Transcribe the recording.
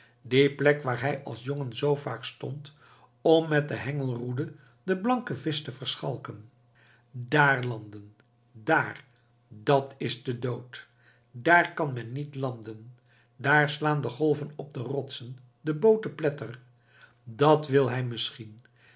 die plek waar hij als jongen zoo vaak stond om met de hengelroede den blanken visch te verschalken daar landen dààr dat is de dood daar kan men niet landen daar slaan de golven op de rotsen de boot te pletter dat wil hij misschien